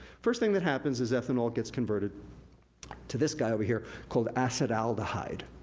first thing that happens is ethanol gets converted to this guy, over here, called acetaldehyde.